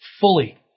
fully